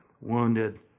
wounded